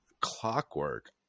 clockwork